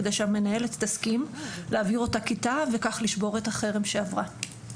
כדי שהמנהלת תסכים להעביר אותה כיתה וכך לשבור את החרם שעברה.